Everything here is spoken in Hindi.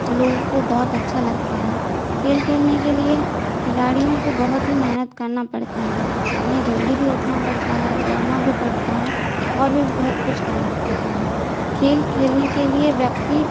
लोगों को बहुत अच्छा लगता है खेल खेलने के लिए खिलाड़ियों को बहुत ही मेहनत करना पड़ता है उन्हें जल्दी भी उठना पड़ता है दौड़ना भी पड़ता है और भी बहुत कुछ करना पड़ता है खेल खेलने के लिए व्यक्ति